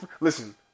Listen